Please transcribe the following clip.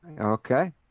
okay